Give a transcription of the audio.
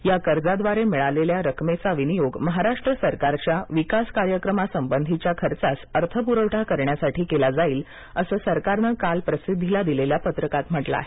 या कर्जाद्वारे मिळालेला रकमेचा विनियोग महाराष्ट्र सरकारच्या विकास कार्यक्रम संबंधीच्या खर्चास अर्थपुरवठा करण्यासाठी केला जाईल असं सरकारनं काल प्रसिद्धीला दिलेल्या पत्रकात म्हटलं आहे